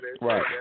Right